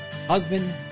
Husband